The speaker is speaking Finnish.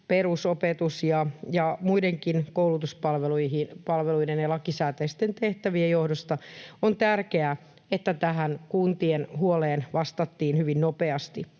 perusopetuksen ja muidenkin koulutuspalveluiden ja lakisääteisten tehtävien johdosta on tärkeää, että tähän kuntien huoleen vastattiin hyvin nopeasti.